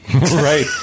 Right